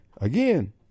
Again